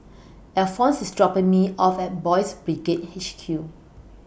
Alphons IS dropping Me off At Boys' Brigade H Q